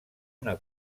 una